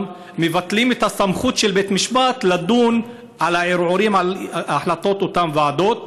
גם מבטלים את הסמכות של בית משפט לדון בערעורים על החלטות אותן ועדות,